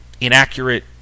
inaccurate